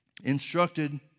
instructed